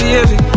Baby